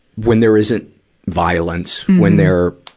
when there isn't violence, when they're,